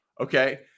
Okay